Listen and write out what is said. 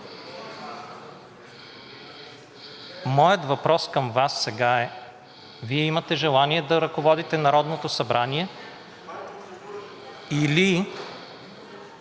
Моят въпрос към Вас сега е: Вие имате желание да ръководите Народното събрание, или